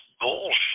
bullshit